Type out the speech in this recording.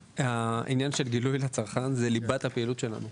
העניין של גילוי לצרכן זה ליבת הפעילות שלנו.